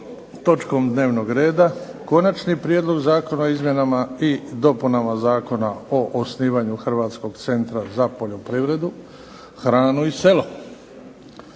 točkom dnevnog reda - Konačni prijedlog zakona o izmjenama i dopunama Zakona o osnivanju Hrvatskog centra za poljoprivredu, hranu i selo,